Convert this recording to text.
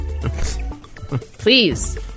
Please